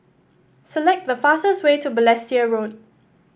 select the fastest way to Balestier Road